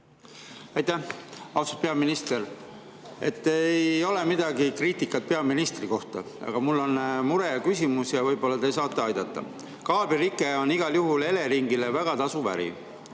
Aitäh! Austatud peaminister! Ei ole kriitikat peaministri kohta, aga mul on mureküsimus ja võib-olla te saate aidata. Kaablirike on igal juhul Eleringile väga tasuv äri.